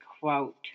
quote